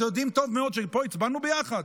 אתם יודעים טוב מאוד שפה הצבענו ביחד,